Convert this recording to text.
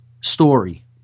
story